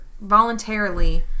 voluntarily